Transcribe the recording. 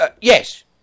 yes